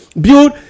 build